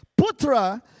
Putra